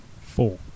Four